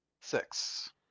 Six